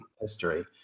history